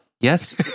Yes